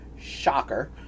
Shocker